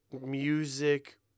music